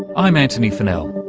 i'm antony funnell.